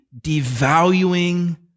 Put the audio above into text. devaluing